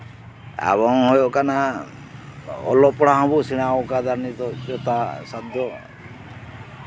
ᱮᱵᱚᱝ ᱦᱩᱭᱩᱜ ᱠᱟᱱᱟ ᱚᱞᱚᱜ ᱯᱟᱲᱦᱟᱜ ᱦᱚᱵᱚ ᱥᱮᱸᱲᱟᱣᱟᱠᱟᱫᱟ ᱱᱤᱛᱚᱜ ᱡᱚᱛᱷᱟ ᱥᱟᱫᱽᱫᱷᱚ